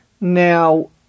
Now